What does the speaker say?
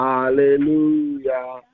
Hallelujah